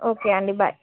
okay అండి bye